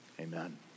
Amen